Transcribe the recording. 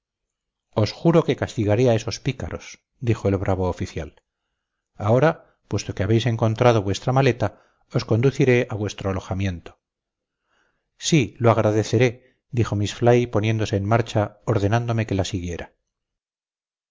os juro que castigaré a esos pícaros dijo el bravo oficial ahora puesto que habéis encontrado vuestra maleta os conduciré a vuestro alojamiento sí lo agradeceré dijo miss fly poniéndose en marcha ordenándome que la siguiera